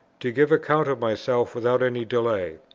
to give account of myself without any delay,